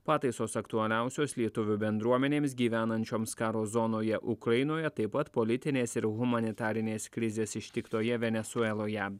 pataisos aktualiausios lietuvių bendruomenėms gyvenančioms karo zonoje ukrainoje taip pat politinės ir humanitarinės krizės ištiktoje venesueloje